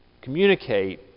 communicate